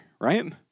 right